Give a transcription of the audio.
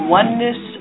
oneness